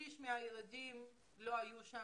שליש מהילדים לא הגיעו לבית הספר.